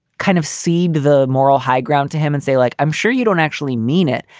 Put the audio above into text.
kind of cede the moral high ground to him and say, like, i'm sure you don't actually mean it,